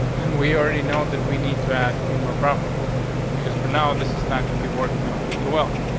and we already know that we need to add a few more properties because for now, this is not gonna be working out really well.